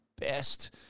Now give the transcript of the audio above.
best